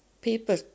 people